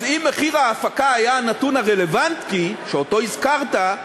אז אם מחיר ההפקה היה הנתון הרלוונטי שאותו הזכרת,